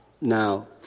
Now